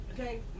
Okay